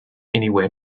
anywhere